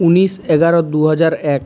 উনিশ এগারো দু হাজার এক